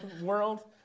world